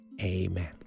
Amen